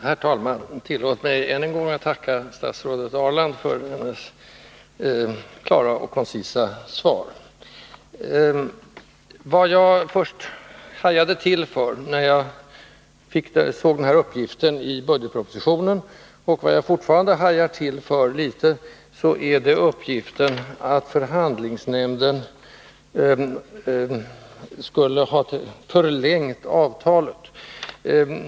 Herr talman! Tillåt mig att än en gång tacka statsrådet Ahrland för hennes klara och koncisa svar. Vad jag först hajade till för, och fortfarande hajar till för litet grand, är uppgiften i budgetpropositionen om att förhandlingsnämnden skulle ha förlängt avtalet.